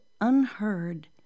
unheard